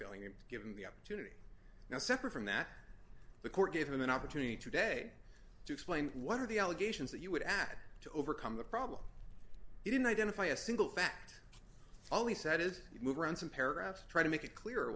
filling in given the opportunity now separate from that the court gave him an opportunity today to explain what are the allegations that you would add to overcome the problem he didn't identify a single fact all he said is move around some paragraphs try to make it clear